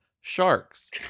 sharks